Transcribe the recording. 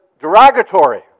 derogatory